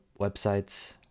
websites